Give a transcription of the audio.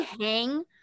hang